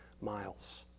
miles